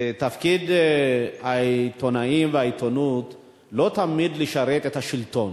תפקיד העיתונאים והעיתונות לא תמיד לשרת את השלטון,